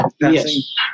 Yes